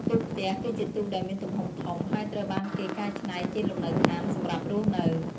ទូកផ្ទះ គឺជាទូកដែលមានទំហំធំ ហើយត្រូវបានគេកែច្នៃជាលំនៅដ្ឋានសម្រាប់រស់នៅ។